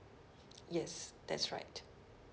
yes that's right